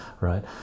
right